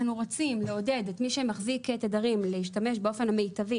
אנחנו רוצים לעודד את מי שמחזיק תדרים להשתמש באופן המיטבי